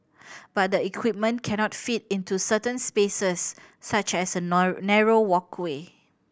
but the equipment cannot fit into certain spaces such as a narrow walkway